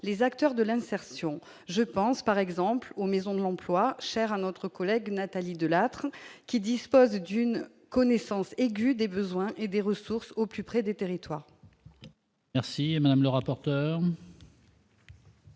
les acteurs de l'insertion, je pense par exemple aux maisons de l'emploi, cher à notre collègue Nathalie Delattre, qui dispose d'une connaissance aiguë des besoins et des ressources au plus près des territoires. Merci Madame le rapporteur.